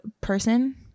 person